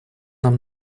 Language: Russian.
нам